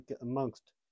amongst